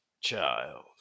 child